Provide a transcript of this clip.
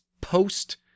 post